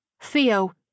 Theo